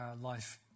life